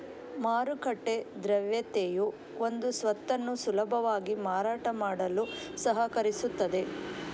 ಮಾರುಕಟ್ಟೆ ದ್ರವ್ಯತೆಯು ಒಂದು ಸ್ವತ್ತನ್ನು ಸುಲಭವಾಗಿ ಮಾರಾಟ ಮಾಡಲು ಸಹಕರಿಸುತ್ತದೆ